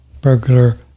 burglar